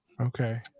Okay